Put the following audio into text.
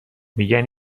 میگن